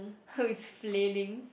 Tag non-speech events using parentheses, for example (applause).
(breath) it's flailing